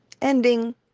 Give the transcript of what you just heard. Ending